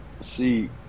see